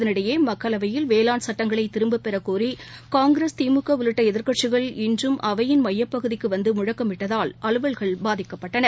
இதனிடையே மக்களவையில் வேளாண் சட்டங்களை திரும்பப் பெறக்கோரி காங்கிரஸ் திமுக உள்ளிட்ட எதிர்க்கட்சிகள் இன்றும் அவையின் எமயப் பகுதிக்கு வந்து முழக்கமிட்டதால் அலுவல்கள் பாதிக்கப்பட்டன